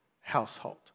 household